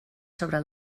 sobre